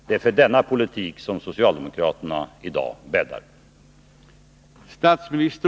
Det är för denna politik som socialdemokraterna i dag bäddar.